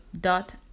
dot